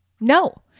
No